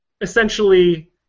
essentially